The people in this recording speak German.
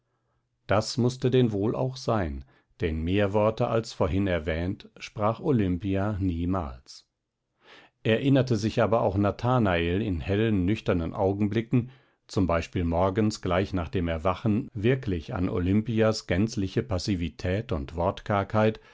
das mußte denn wohl auch sein denn mehr worte als vorhin erwähnt sprach olimpia niemals erinnerte sich aber auch nathanael in hellen nüchternen augenblicken z b morgens gleich nach dem erwachen wirklich an olimpias gänzliche passivität und